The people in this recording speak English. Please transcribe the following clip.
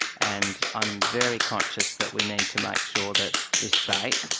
and i'm very conscious that we need to make sure that this bait,